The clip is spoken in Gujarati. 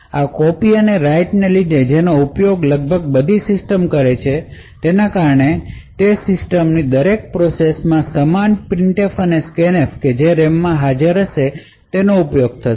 આ કોપી અને રાઇટ ને લીધે કે જેનો ઉપયોગ લગભગ બધી સિસ્ટમ કરે છે તેના કારણે તે સિસ્ટમ ની દરેક પ્રોસેસ માં સમાન printf અને scanf જે RAMમાં હાજર છે તેનો ઉપયોગ થશે